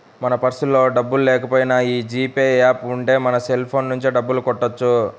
మన పర్సులో డబ్బుల్లేకపోయినా యీ జీ పే యాప్ ఉంటే మన సెల్ ఫోన్ నుంచే డబ్బులు కట్టొచ్చు